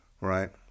Right